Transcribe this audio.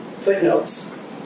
footnotes